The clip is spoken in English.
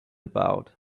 about